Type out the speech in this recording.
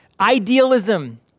Idealism